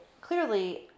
clearly